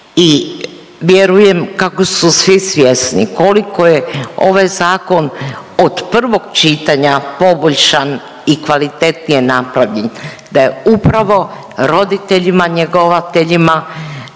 i vjerujem kako su svi svjesni koliko je ovaj zakon od prvog čitanja poboljšan i kvalitetnije napravljen, da je upravo roditeljima njegovateljima